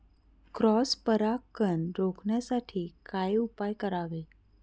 Cross परागकण रोखण्यासाठी काय उपाय करावे?